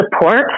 support